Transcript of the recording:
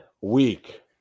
week